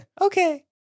Okay